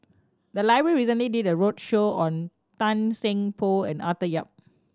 the library recently did a roadshow on Tan Seng Poh and Arthur Yap